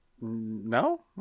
No